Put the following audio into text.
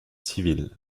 civils